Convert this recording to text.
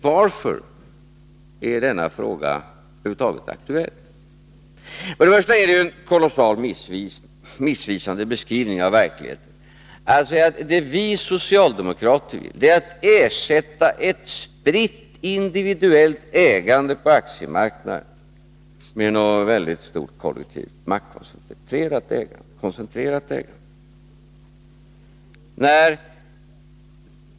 Varför är denna fråga över huvud taget aktuell? Det är en kolossalt missvisande beskrivning av verkligheten när Lars Tobisson säger att det vi socialdemokrater vill är att ersätta ett spritt individuellt ägande på aktiemarknaden med något väldigt stort kollektivt maktkoncentrerat ägande.